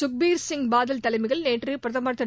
சுக்பீர்சிங் பாதல் தலைமையில் நேற்று பிரதமர் திரு